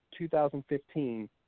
2015